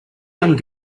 young